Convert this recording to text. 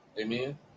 Amen